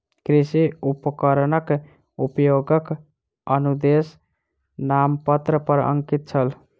कृषि उपकरणक उपयोगक अनुदेश नामपत्र पर अंकित छल